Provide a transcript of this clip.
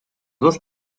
dos